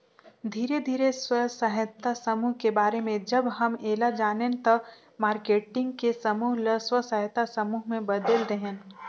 धीरे धीरे स्व सहायता समुह के बारे में जब हम ऐला जानेन त मारकेटिंग के समूह ल स्व सहायता समूह में बदेल देहेन